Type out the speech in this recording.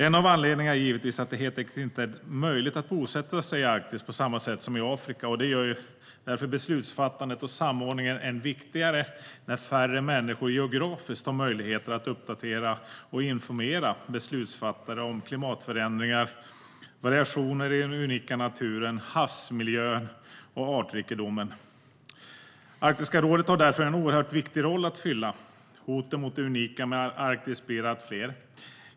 En av anledningarna är givetvis att det helt enkelt inte är möjligt att bosätta sig i Arktis på samma sätt som i Afrika. Det gör därför beslutsfattandet och samordningen än viktigare när färre människor geografiskt har möjligheter att uppdatera och informera beslutsfattare om klimatförändringar, variationer i den unika naturen, havsmiljön och artrikedomen. Arktiska rådet har därför en oerhört viktig roll att fylla. Hoten mot det unika i Arktis blir allt fler.